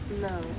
No